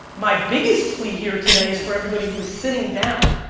my biggest plea here today is for everybody who is sitting down.